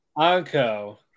Anko